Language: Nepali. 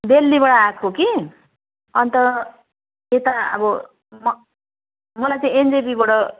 दिल्लीबाट आएको कि अन्त यता अब म मलाई चाहिँ एनजेपीबाट